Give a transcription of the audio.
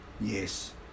Yes